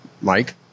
Mike